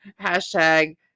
Hashtag